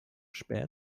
spät